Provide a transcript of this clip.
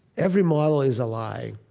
every model is a lie,